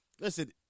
Listen